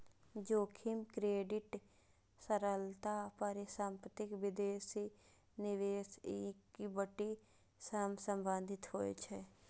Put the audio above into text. जोखिम क्रेडिट, तरलता, परिसंपत्ति, विदेशी निवेश, इक्विटी सं संबंधित होइ छै